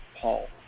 Paul